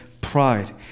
pride